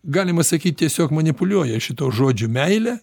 galima sakyt tiesiog manipuliuoja šituo žodžiu meilė